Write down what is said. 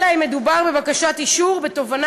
אלא אם כן מדובר בבקשת אישור או בתובענה